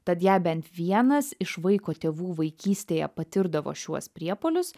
tad jei bent vienas iš vaiko tėvų vaikystėje patirdavo šiuos priepuolius